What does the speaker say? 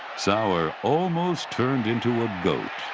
sauer almost turned into a goat.